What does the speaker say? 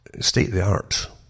state-of-the-art